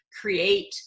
create